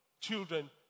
children